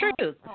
truth